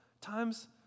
times